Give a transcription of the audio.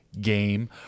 game